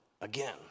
again